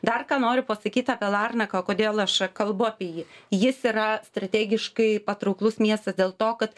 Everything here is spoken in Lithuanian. dar ką noriu pasakyti apie larnaką kodėl aš kalbu apie jį jis yra strategiškai patrauklus miestas dėl to kad